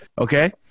Okay